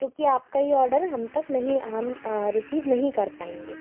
क्योंकि आपका यह ऑर्डर हम तक नहीं हम रिसीव नहीं कर पाएंगे